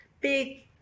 big